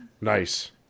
Nice